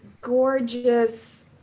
gorgeous